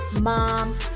mom